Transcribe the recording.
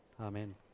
Amen